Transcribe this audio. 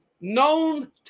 known